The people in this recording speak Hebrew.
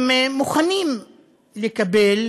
הם מוכנים לקבל